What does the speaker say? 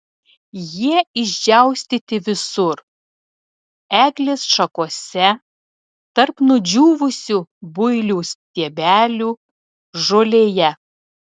jie išdžiaustyti visur eglės šakose tarp nudžiūvusių builių stiebelių žolėje